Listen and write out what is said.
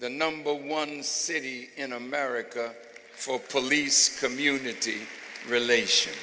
the number one city in america for police community relations